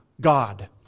God